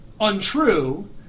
untrue